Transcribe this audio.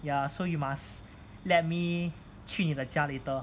ya so you must let me 去你的家 later